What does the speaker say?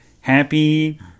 happy